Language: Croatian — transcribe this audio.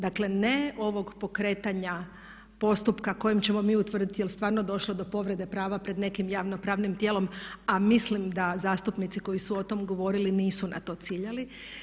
Dakle, ne ovog pokretanja postupka kojim ćemo mi utvrditi jel' stvarno došlo do povrede prava pred nekim javno pravnim tijelom, a mislim da zastupnici koji su o tom govorili nisu na to ciljali.